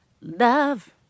Love